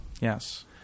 Yes